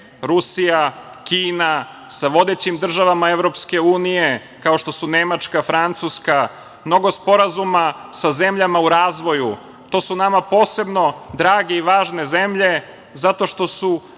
Rusija, Kina, sa vodećim državama EU kao što su Nemačka, Francuska, mnogo sporazuma sa zemljama u razvoju. To su nama posebno drage i važne zemlje zato što su